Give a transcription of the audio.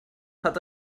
hat